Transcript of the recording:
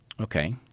Okay